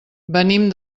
venim